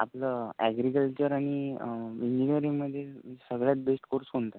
आपलं ॲग्रिकल्चर आणि इंजिनियरिंगमध्ये सगळ्यात बेस्ट कोर्स कोणता आहे